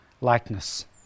Likeness